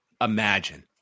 imagine